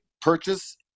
purchase